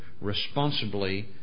responsibly